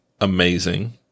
amazing